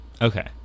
Okay